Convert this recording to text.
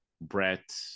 Brett